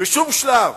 בשום שלב.